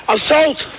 Assault